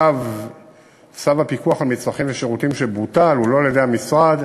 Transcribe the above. צו הפיקוח על מצרכים ושירותים שבוטל לא בוטל על-ידי המשרד